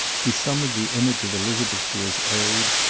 he summoned the image of elizabeth to his aid,